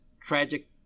tragic